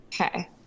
Okay